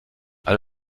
all